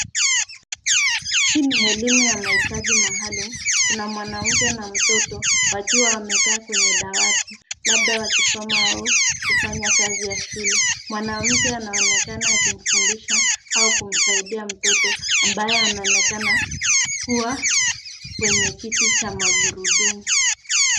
Hii ni elimu ya mahitaji maalumu. Kuna mwanamke na mtoto wakiwa wamekaa kwenye dawati, labda wakisoma au kufanya kazi ya shule. Mwanamke anaonekana akimfundisha au kumsaidia mtoto, ambaye anaonekana kua kwenye kiti cha magurudumu.